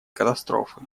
катастрофы